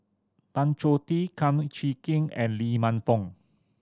Tan Choh Tee Kum Chee Kin and Lee Man Fong